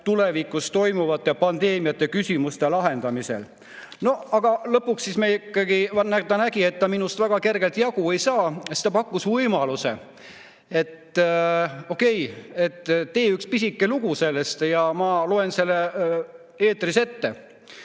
tulevikus toimuvate pandeemiate küsimuste lahendamisel. Aga lõpuks ta ikkagi nägi, et minust väga kergelt jagu ei saa, ja siis ta pakkus võimaluse, et okei, tee üks pisike lugu ja ma loen selle eetris ette.